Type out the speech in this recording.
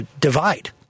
divide